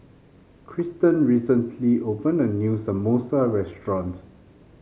Krysten recently opened a new Samosa restaurant